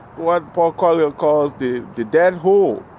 what paulo coelho calls the the dead hole,